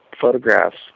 photographs